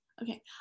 Okay